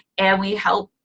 and we help